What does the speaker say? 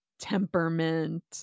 temperament